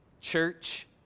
church